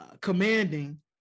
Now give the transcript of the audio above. commanding